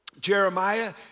Jeremiah